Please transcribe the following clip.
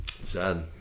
Sad